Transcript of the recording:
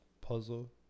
puzzle